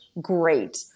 great